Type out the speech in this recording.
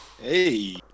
Hey